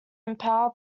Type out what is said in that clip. empower